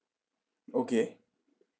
okay